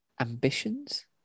Ambitions